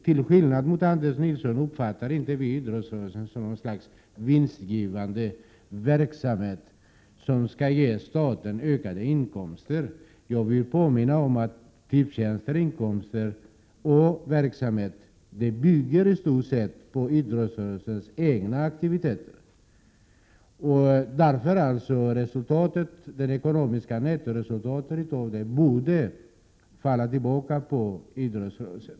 Till skillnad från Anders Nilsson uppfattar vi inte idrottsrörelsen som något slags vinstgivande verksamhet, som skall ge staten ökade inkomster. Jag vill påminna om att Tipstjänsts inkomster och verksamhet i stort sett bygger på idrottsrörelsens egna aktiviteter. Det ekonomiska nettoresultatet borde därför falla tillbaka på idrottsrörelsen.